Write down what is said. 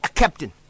captain